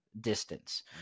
distance